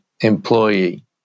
employee